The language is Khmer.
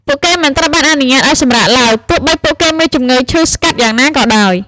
ពួកគេមិនត្រូវបានអនុញ្ញាតឱ្យសម្រាកឡើយ ទោះបីពួកគេមានជម្ងឺឈឺស្កាត់យ៉ាងណាក៏ដោយ។